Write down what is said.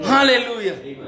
Hallelujah